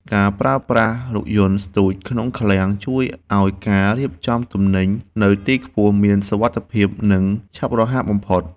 ការប្រើប្រាស់រថយន្តស្ទូចក្នុងឃ្លាំងជួយឱ្យការរៀបចំទំនិញនៅទីខ្ពស់មានសុវត្ថិភាពនិងឆាប់រហ័សបំផុត។